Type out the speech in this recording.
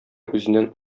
үзеннән